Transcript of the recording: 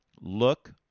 look